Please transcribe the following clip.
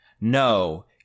no